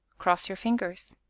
cross your fingers.